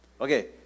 Okay